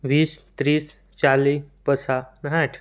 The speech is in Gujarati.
વીસ ત્રીસ ચાલીસ પસાસ અને સાઠ